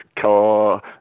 car